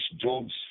Job's